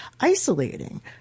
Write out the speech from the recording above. isolating